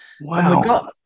Wow